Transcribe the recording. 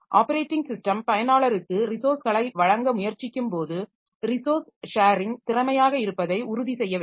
operating system பயனாளருக்கு ரிசோர்ஸ்களை வழங்க முயற்சிக்கும்போது ரிசோர்ஸ் ஷேரிங் திறமையாக இருப்பதை உறுதி செய்ய வேண்டும்